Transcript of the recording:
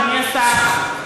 אדוני השר,